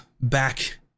back